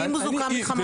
ואם הוא זוכה מחמת הספק?